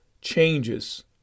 changes